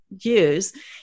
use